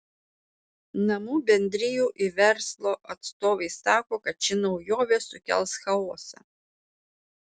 namų bendrijų ir verslo atstovai sako kad ši naujovė sukels chaosą